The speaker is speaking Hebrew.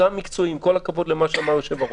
הכבוד למה שאמר היושב-ראש,